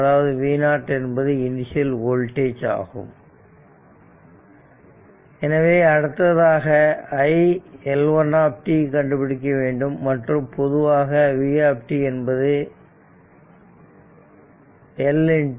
அதாவது v0 என்பது initial voltage ஆகும் எனவே அடுத்ததாக iL1 t கண்டுபிடிக்க வேண்டும் மற்றும் பொதுவாக vt என்பது vt L d id t